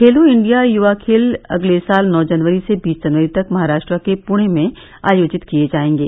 खेलो India युवा खेल अगले साल नौ जनवरी से बीस जनवरी तक महाराष्ट्र के पुणे में आयोजित किये जाएंगे